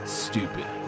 stupid